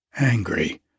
Angry